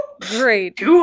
Great